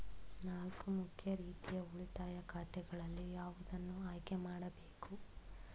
ನಾಲ್ಕು ಮುಖ್ಯ ರೀತಿಯ ಉಳಿತಾಯ ಖಾತೆಗಳಲ್ಲಿ ಯಾವುದನ್ನು ಆಯ್ಕೆ ಮಾಡಬೇಕು?